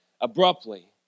abruptly